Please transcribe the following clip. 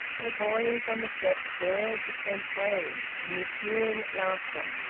where boys on the steps dared the spent waves, amid jeering laughter.